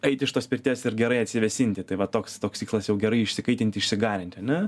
eit iš tos pirties ir gerai atsivėsinti tai va toks toks tikslas jau gerai išsikaitinti išsigarinti ane